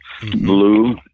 blue